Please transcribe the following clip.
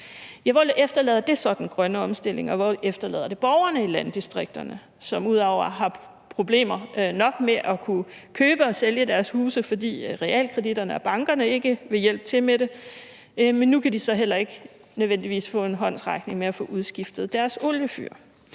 Hvor efterlader det så den grønne omstilling, og hvor efterlader det borgerne i landdistrikterne, som ud over at have problemer nok med at kunne købe og sælge deres huse, fordi realkreditinstitutionerne og bankerne ikke vil hjælpe med til det, nu heller ikke nødvendigvis kan få en håndsrækning til at få udskiftet deres oliefyr?